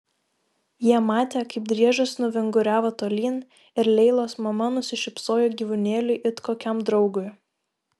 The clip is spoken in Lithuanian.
jie matė kaip driežas nuvinguriavo tolyn ir leilos mama nusišypsojo gyvūnėliui it kokiam draugui